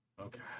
Okay